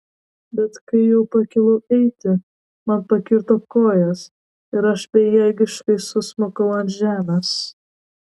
bet kai jau pakilau eiti man pakirto kojas ir aš bejėgiškai susmukau ant žemės